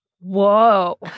Whoa